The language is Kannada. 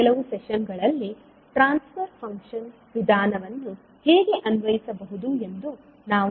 ಮುಂದಿನ ಕೆಲವು ಸೆಷನ್ ಗಳಲ್ಲಿ ಟ್ರಾನ್ಸ್ ಫರ್ ಫಂಕ್ಷನ್ ವಿಧಾನವನ್ನು ಹೇಗೆ ಅನ್ವಯಿಸಬಹುದು ಎಂದು ನಾವು ನೋಡುತ್ತೇವೆ